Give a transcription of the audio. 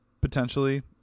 potentially